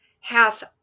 hath